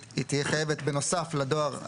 היא תהיה חייבת, בנוסף לדואר הרגיל,